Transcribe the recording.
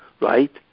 right